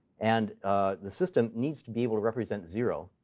and the system needs to be able to represent zero,